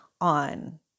on